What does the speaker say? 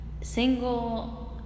single